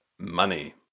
Money